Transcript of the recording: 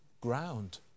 ground